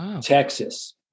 Texas